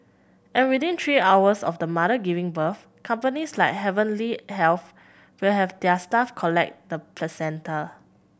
and within three hours of the mother giving birth companies like Heavenly Health will have their staff collect the placenta